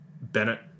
Bennett